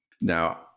Now